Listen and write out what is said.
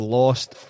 lost